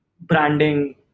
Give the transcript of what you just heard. branding